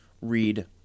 read